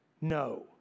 No